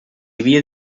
havia